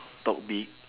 talk big